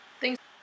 Thanks